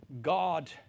God